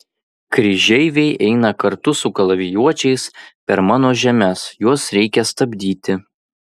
kryžeiviai eina kartu su kalavijuočiais per mano žemes juos reikia stabdyti